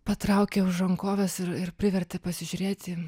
patraukė už rankovės ir ir privertė pasižiūrėti